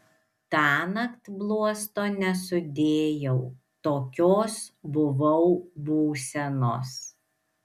tąnakt bluosto nesudėjau tokios buvau būsenos